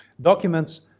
Documents